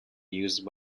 used